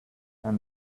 and